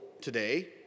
today